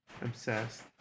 obsessed